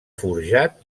forjat